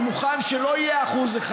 אני מוכן שזה לא יהיה 1%,